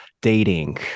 dating